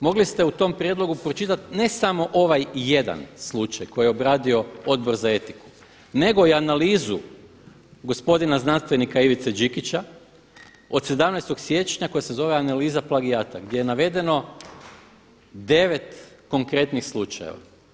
Mogli ste u tom prijedlogu pročitati ne samo ovaj jedan slučaj koji je obradio Odbor za etiku nego i analizu gospodina znanstvenika Ivice Đikića od 17. siječnja koja se zove „Analiza plagijata“ gdje je navedeno devet konkretnih slučajeva.